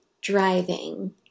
driving